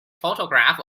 photograph